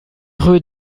rue